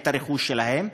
את הרכוש שלהם,